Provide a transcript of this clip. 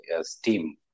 steam